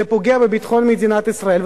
זה פוגע בביטחון מדינת ישראל,